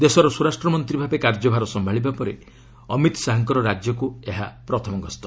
ଦେଶର ସ୍ୱରାଷ୍ଟ୍ର ମନ୍ତ୍ରୀ ଭାବେ କାର୍ଯ୍ୟଭାର ସମ୍ଭାଳିବା ପରେ ଅମିତ ଶାହାଙ୍କର ରାଜ୍ୟକୁ ଏହା ପ୍ରଥମ ଗସ୍ତ